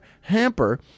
hamper